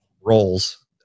roles